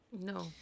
No